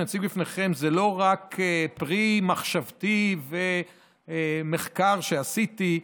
מציג בפניכם זה לא רק פרי מחשבתי ומחקר שעשיתי,